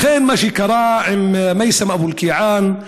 לכן מה שקרה עם מייסם אבו אלקיעאן,